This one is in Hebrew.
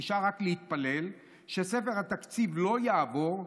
נשאר רק להתפלל שספר התקציב לא יעבור,